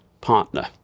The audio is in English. partner